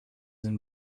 and